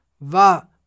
va